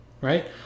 right